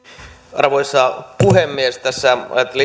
arvoisa puhemies ajattelin